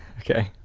okay.